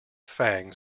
fangs